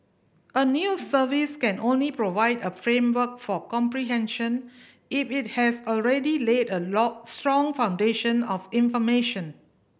a news service can only provide a framework for comprehension if it has already laid a lot strong foundation of information